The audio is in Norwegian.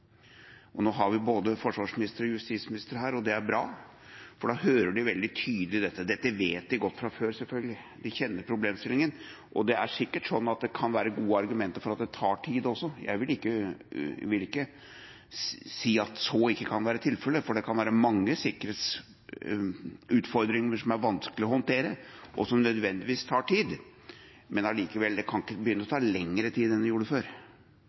sikkerhetsklarering. Nå har vi både forsvarsministeren og justisministeren her, og det er bra, for da hører de veldig tydelig dette. Dette vet de selvfølgelig veldig godt fra før, de kjenner problemstillingen. Det er sikkert sånn at det kan være gode argumenter for at det tar tid, også – jeg vil ikke si at så ikke kan være tilfellet, for det kan være mange sikkerhetsutfordringer som det er vanskelig å håndtere, og som nødvendigvis tar tid, men det kan ikke begynne å ta lengre tid enn det gjorde før,